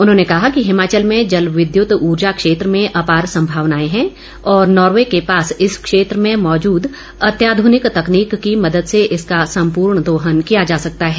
उन्होंने कहा कि हिमाचल में जलविद्युत ऊर्जा क्षेत्र में आपार संभावनाएं है और नार्वे के पास इस क्षेत्र में मौजूद अत्याध्रनिक तकनीक की मदद से इसका सम्पूर्ण दोहन किया जा सकता है